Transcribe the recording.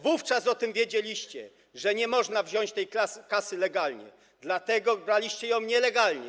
Wówczas o tym wiedzieliście, że nie można wziąć tej kasy legalnie, dlatego braliście ją nielegalnie.